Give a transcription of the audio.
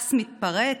כעס מתפרץ,